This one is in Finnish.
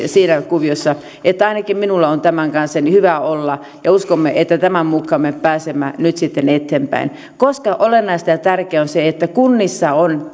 siinä kuviossa että ainakin minulla on tämän kanssa hyvä olla ja uskomme että tämän mukaan me pääsemme nyt sitten eteenpäin koska olennaista ja tärkeää on se että kunnissa on